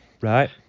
Right